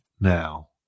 now